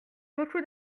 beaucoup